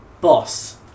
boss